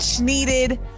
needed